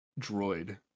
droid